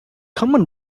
common